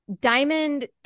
diamond